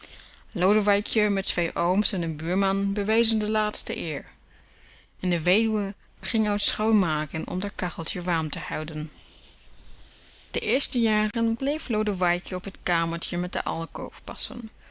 lodewijkje met twee ooms en n buurman bewezen de laatste eer en de weduwe ging uit schoonmaken om d'r kacheltje warm te houden de eerste jaren bleef lodewijkje op t kamertje met de alkoof